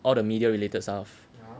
all the media related stuff